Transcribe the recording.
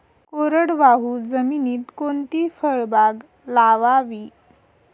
कोरडवाहू जमिनीत कोणती फळबाग लावावी?